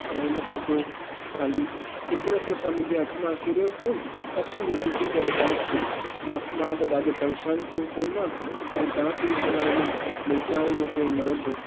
ऐं इनखां पोइ ख़ाली हिकु दफ़ो छा मुंहिंजे हथ मां किरियो फ़ोन असुलु टूटी करे बंदि थी वियो मां त ॾाढो परेशानु थी वियुमि फ़ोन मां ऐं तव्हांखे बि सलाहु ॾिंदुमि भई तव्हां इहो फ़ोन न वठिजो